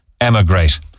emigrate